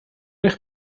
eich